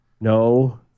No